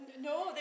no